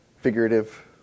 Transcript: figurative